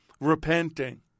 Repenting